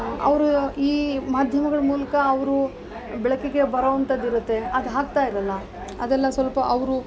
ಅವರು ಈ ಮಾಧ್ಯಮಗಳ ಮೂಲಕ ಅವರು ಬೆಳಕಿಗೆ ಬರೋವಂಥದು ಇರುತ್ತೆ ಅದು ಹಾಕ್ತಾ ಇರಲ್ಲ ಅದೆಲ್ಲ ಸ್ವಲ್ಪ ಅವರು